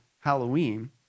Halloween